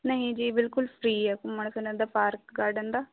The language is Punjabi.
ਨਹੀਂ ਜੀ ਬਿਲਕੁਲ ਫ਼ਰੀ ਹੈ ਘੁੰਮਣ ਫਿਰਨੇ ਦਾ ਪਾਰਕ ਗਾਰਡਨ ਦਾ